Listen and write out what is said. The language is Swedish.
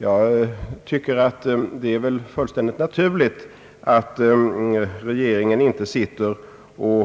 Jag tycker att det är fullständigt naturligt att regeringen inte